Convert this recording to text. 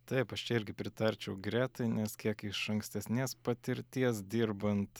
taip aš čia irgi pritarčiau gretai nes kiek iš ankstesnės patirties dirbant